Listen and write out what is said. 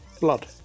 blood